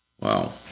Wow